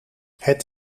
het